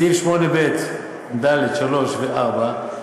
סעיף 8ב(ד)(3) ו-(4),